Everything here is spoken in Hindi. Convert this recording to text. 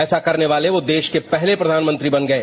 ऐसा करने वाले वो देश के पहले प्रधानमंत्री बन गये